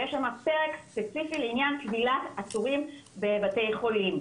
ויש שם פרק ספציפי לעניין כבילת עצורים בבתי חולים,